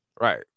right